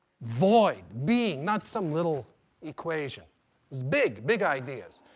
void, being not some little equation. it's big, big ideas.